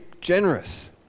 generous